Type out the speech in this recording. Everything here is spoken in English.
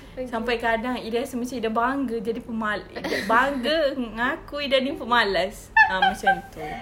sampai kadang-kadang ida rasa macam bangga jadi pema~ bangga mengakui diri pemalas ah macam itu